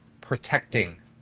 protecting